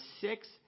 six